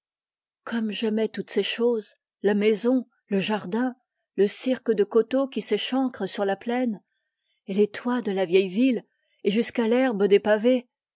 comme j'aimais toutes ces choses la maison le jardin le cirque de coteaux qui s'échancre sur la plaine et les toits de la vieille ville et jusqu'à l'herbe des pavés